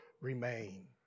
remain